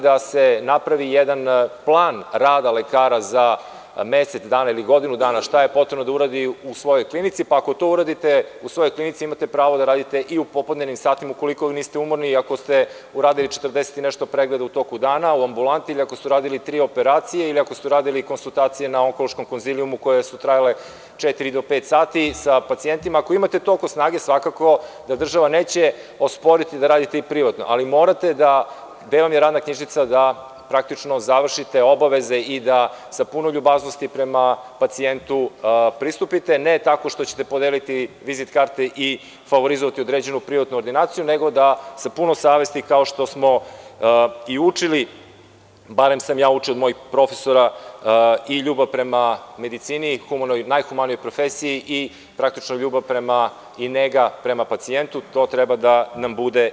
Da se napravi jedan plan rada lekara za mesec dana ili godinu dana šta je potrebno da uradi u svojoj klinici, pa ako to uradite u svojoj klinici, imate pravo da radite i u popodnevnim satima, ukoliko niste umorni i ako ste uradili 40 i nešto pregleda u toku dana u ambulanti, ili ako ste uradili tri operacije ili ako ste uradili konsultacije na onkološkom konzilijumu, koje su trajale četiri do pet sati, sa pacijentima, ako imate toliko snage, svakako, da država neće osporiti da radite i privatno, ali morate tu, gde vam je radna knjižica, praktično da završite obaveze i da sa puno ljubaznosti prema pacijentu pristupite, ne tako što ćete podeliti vizit karte i favorizovati određenu privatnu ordinaciju, nego da sa puno savesti, kao što smo i učili, barem sam ja učio od mojih profesora i ljubav prema medicini, najhumanijoj profesiji i praktično ljubav i nega prema pacijentu, to treba da nam bude…